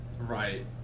Right